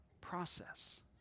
process